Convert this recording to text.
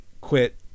quit